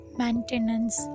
maintenance